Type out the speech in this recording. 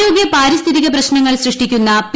ആരോഗൃ പാരിസ്ഥിതിക പ്രശ്നങ്ങൾ സൃഷ്ടിക്കുന്ന പി